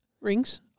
Rings